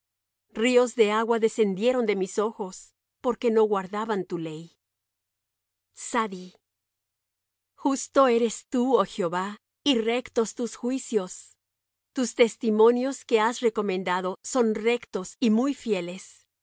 ríos de agua descendieron de mis ojos porque no guardaban tu ley justo eres tú oh jehová y rectos tus juicios tus testimonios que has recomendado son rectos y muy fieles